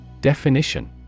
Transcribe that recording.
Definition